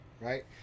right